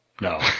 no